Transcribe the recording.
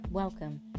Welcome